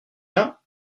tiens